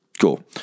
Cool